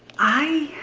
i